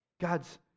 God's